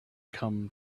come